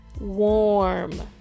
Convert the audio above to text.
warm